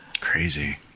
crazy